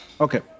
Okay